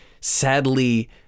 sadly